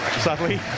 sadly